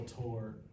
tour